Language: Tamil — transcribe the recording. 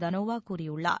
தனோவா கூறியுள்ளார்